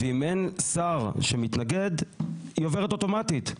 ואם אין שר שמתנגד היא עוברת אוטומטית.